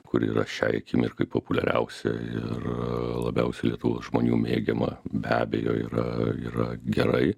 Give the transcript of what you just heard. kuri yra šiai akimirkai populiariausia ir labiausiai lietuvos žmonių mėgiama be abejo yra yra gerai